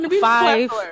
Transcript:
five